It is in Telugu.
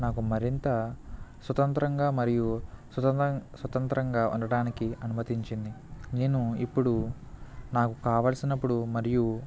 నాకు మరింత స్వతంత్రంగా మరియు స్వతం స్వతంత్రంగా ఉండడానికి అనుమతించింది నేను ఇప్పుడు నాకు కావలసినప్పుడు మరియు